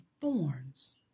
thorns